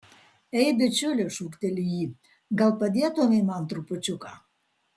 ei bičiuli šūkteliu jį gal padėtumei man trupučiuką